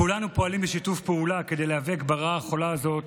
כולנו פועלים בשיתוף פעולה כדי להיאבק ברעה החולה הזאת,